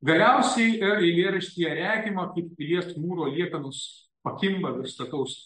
galiausiai eilėraštyje regima kaip pilies mūro liekanos pakimba virš stataus